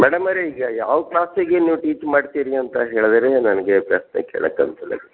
madam ರೀ ಈಗ ಯಾವ ಕ್ಲಾಸಿಗೆ ನೀವು ಟೀಚ್ ಮಾಡ್ತೀರಿ ಅಂತ ಹೇಳಿದ್ರೆ ನನಗೆ ಪ್ರಶ್ನೆ ಕೇಳೋಕೆ ಆಗ್ತದೆ